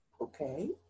Okay